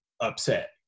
upset